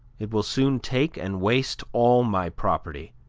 it will soon take and waste all my property,